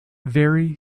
very